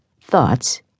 thoughts